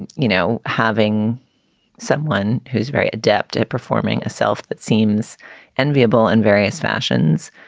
and you know, having someone who's very adept at performing a self that seems enviable in various fashions,